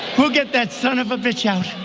we'll get that son of a bitch out.